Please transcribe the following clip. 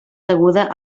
deguda